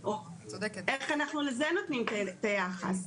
איך אנחנו לזה נותנים את היחס?